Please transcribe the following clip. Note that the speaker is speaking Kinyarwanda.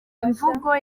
imvugo